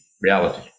reality